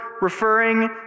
referring